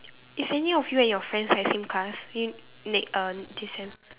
is any of you and your friends like same class y~ ne~ uh this sem